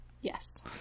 Yes